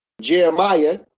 Jeremiah